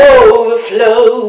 overflow